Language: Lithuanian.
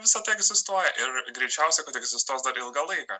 visa tai egzistuoja ir greičiausiai egzistuos dar ilgą laiką